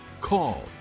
call